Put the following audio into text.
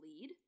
lead